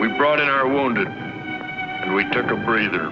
we brought in our wounded we took a breather